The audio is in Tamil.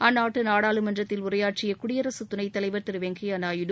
அந்நாட்டு நாடாளுமன்றத்தில் உரையாற்றிய குடியரசு துணைத்தலைவா் திரு வெங்கையா நாயுடு